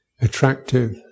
attractive